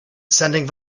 sending